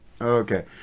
Okay